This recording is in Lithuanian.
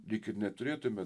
lyg ir neturėtume